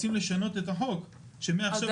אבל אני לא מבטיחה, כרגע דעתי שלא, אבל כדאי